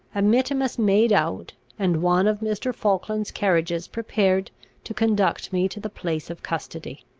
a mittimus made out, and one of mr. falkland's carriages prepared to conduct me to the place of custody.